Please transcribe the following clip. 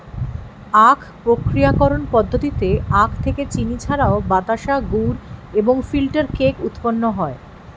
আখ প্রক্রিয়াকরণ পদ্ধতিতে আখ থেকে চিনি ছাড়াও বাতাসা, গুড় এবং ফিল্টার কেক উৎপন্ন হয়